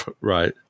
Right